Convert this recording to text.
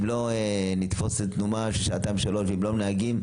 לא נתפוס תנומה אחרי ואם לא היו לנו נהגים,